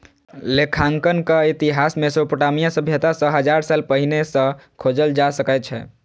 लेखांकनक इतिहास मोसोपोटामिया सभ्यता सं हजार साल पहिने सं खोजल जा सकै छै